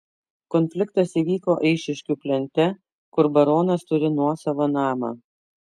konfliktas įvyko eišiškių plente kur baronas turi nuosavą namą